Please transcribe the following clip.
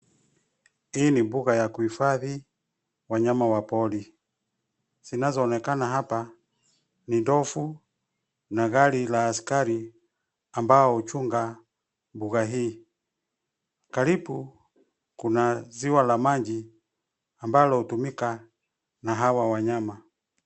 Hii ni mbuga ya kuhifadhi wanyama wa pori. Zinazoonekana hapa ni ndovu na gari la askari ambao huchunga mbuga hii. Karibu kuna ziwa la maji ambalo hutumika na hawa wanyama.